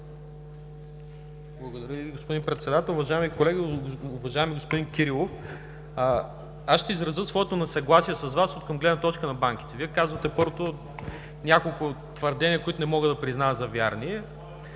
Благодаря Ви, господин Председател. Уважаеми колеги! Уважаеми господин Кирилов, ще изразя своето несъгласие с Вас откъм гледна точка на банките. Вие казвате няколко твърдения, които не мога да призная за верни.